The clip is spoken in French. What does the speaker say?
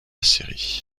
série